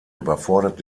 überfordert